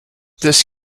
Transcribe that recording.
this